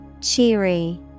Cheery